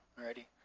already